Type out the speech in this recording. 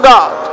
God